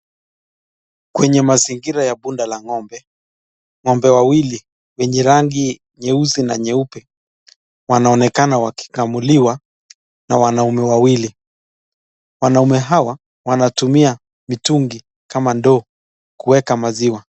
Kwenye mazingira ya boma la ng'ombe, ng'ombe wawili wenye rangi nyeusi na nyeupe wanaonekana wakikamuliwa na wanaume wawili. Wanaume hawa wanatumia mitungi kama ndoo kuweka maziwa.